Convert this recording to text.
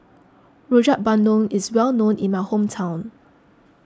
Rojak Bandung is well known in my hometown